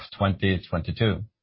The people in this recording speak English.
2022